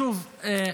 שוב,